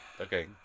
okay